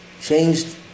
Changed